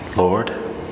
Lord